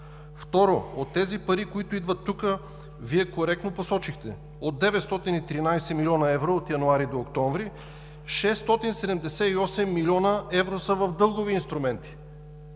Второ, от тези пари, които идват тук, Вие коректно посочихте – от 913 млн. евро от януари до октомври, 678 млн. евро са в дългови инструменти.